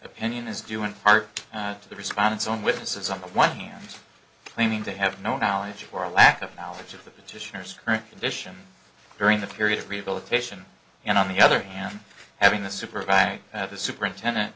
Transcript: opinion is due in part to the response on witnesses on the one hand claiming to have no knowledge of or a lack of knowledge of the petitioners current condition during the period of rehabilitation and on the other hand having the supervisor of the superintendent